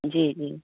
जी जी